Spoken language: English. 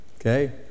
Okay